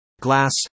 glass